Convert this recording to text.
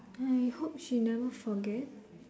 I hope she never forget